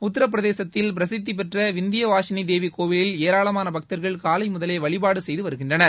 உத்தரப்பிரதேசத்தில் பிரசித்திப்பெற்ற விந்திய வாஷினி தேவி கோவிலில் ஏராளமான பக்தர்கள் காலை முதலே வழிபாடு செய்து வருகின்றனர்